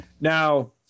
Now